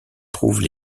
trouvent